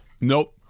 Nope